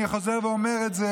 אני חוזר ואומר את זה.